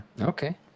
Okay